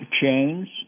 chains